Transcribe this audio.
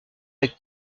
avec